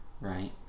right